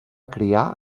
criar